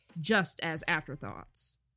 just-as-afterthoughts